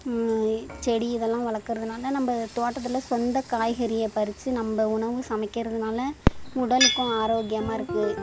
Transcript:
செடி இதெல்லாம் வளர்க்குறதுனால நம்ம தோட்டத்தில் சொந்த காய்கறியை பறித்து நம்ம உணவு சமைக்கிறதுனால் உடலுக்கும் ஆரோக்கியமாக இருக்குது